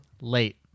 Late